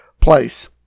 place